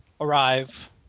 arrive